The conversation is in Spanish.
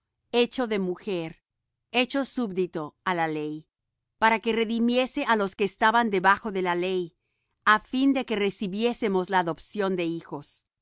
hecho de mujer hecho súbdito á la ley para que redimiese á los que estaban debajo de la ley á fin de que recibiésemos la adopción de hijos